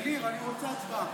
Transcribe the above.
ניר, אני רוצה הצבעה.